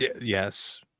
yes